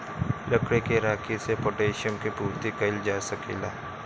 लकड़ी के राखी से पोटैशियम के पूर्ति कइल जा सकेला